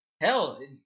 Hell